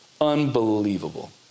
Unbelievable